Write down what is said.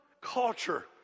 culture